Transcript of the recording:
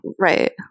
Right